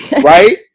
right